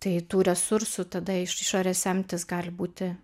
tai tų resursų tada iš išorės semtis gali būti